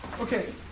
Okay